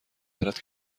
دارد